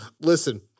Listen